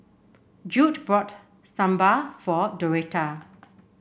Jude brought Sambar for Doretta